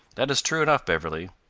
that is true enough, beverly.